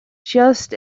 just